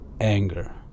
anger